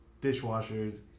dishwashers